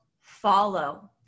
follow